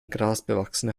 grasbewachsene